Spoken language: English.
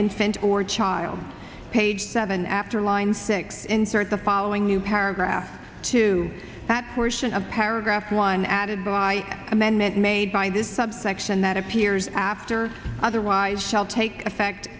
infant or child page seven after line six insert the following new paragraph to that portion of paragraph one added by amendment made by this subsection that appears after otherwise shall take effect